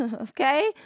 okay